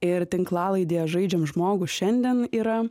ir tinklalaidė žaidžiam žmogų šiandien yra